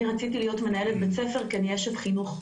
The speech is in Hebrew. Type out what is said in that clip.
אני רציתי להיות מנהלת בית כי אני אשת חינוך.